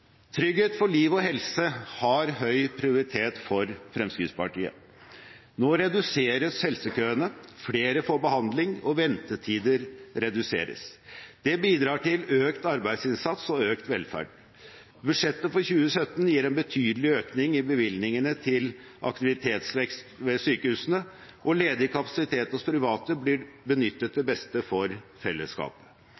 Trygghet for liv og helse har høy prioritet for Fremskrittspartiet. Nå reduseres helsekøene, flere får behandling, og ventetider reduseres. Det bidrar til økt arbeidsinnsats og økt velferd. Budsjettet for 2017 gir en betydelig økning i bevilgningene til aktivitetsvekst ved sykehusene, og ledig kapasitet hos private blir benyttet